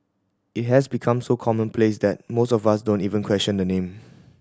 it has become so commonplace that most of us don't even question the name